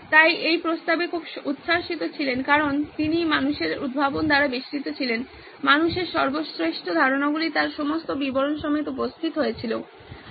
তিনি এই প্রস্তাবে খুব উচ্ছ্বসিত ছিলেন কারণ তিনি মানুষের উদ্ভাবন দ্বারা বেষ্টিত ছিলেন মানুষের সর্বশ্রেষ্ঠ ধারণাগুলি তার সমস্ত বিবরণ সমেত উপস্থাপিত হয়েছিল